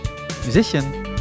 musician